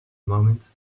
moment